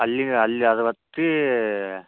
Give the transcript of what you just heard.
ಅಲ್ಲಿ ಅಲ್ಲಿ ಅದು ಹತ್ತಿ